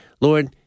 Lord